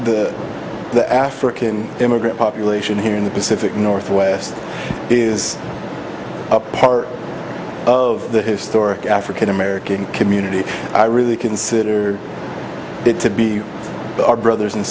that the african immigrant population here in the pacific northwest is a part of the historic african american community i really consider that to be our brothers and